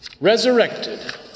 resurrected